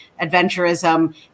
adventurism